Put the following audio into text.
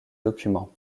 documents